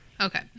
Okay